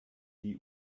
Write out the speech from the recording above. die